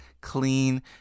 clean